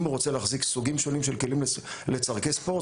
אם הוא רוצה להחזיק סוגים שונים של כלים לצורכי ספורט,